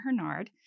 Hernard